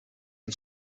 een